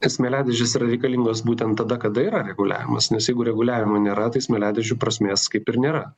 smėliadėžės yra reikalingos būtent tada kada yra reguliavimas nes jeigu reguliavimo nėra tai smėliadėžių prasmės kaip ir nėra